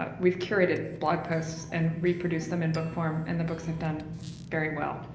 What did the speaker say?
um we've curated blog posts and reproduce them in book form and the books have done very well, ah.